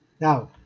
Now